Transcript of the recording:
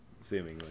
seemingly